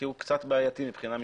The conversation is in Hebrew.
כי הוא קצת בעייתי מבחינה משפטית.